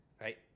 right